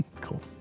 cool